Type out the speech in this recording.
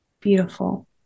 Beautiful